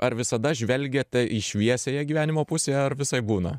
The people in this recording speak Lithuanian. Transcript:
ar visada žvelgiate į šviesiąją gyvenimo pusę ar visaip būna